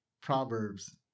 Proverbs